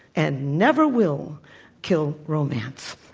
and never will kill romance.